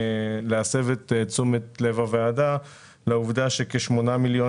להסב את תשומת לב הוועדה לעובדה שכ-8 מיליון